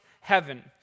heaven